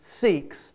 seeks